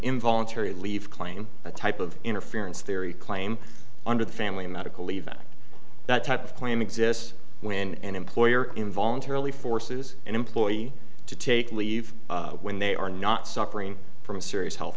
involuntary leave claim that type of interference theory claim under the family medical leave act that type of claim exists when an employer involuntarily forces an employee to take leave when they are not suffering from a serious health